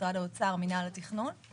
משרד האוצר מנהל התכנון.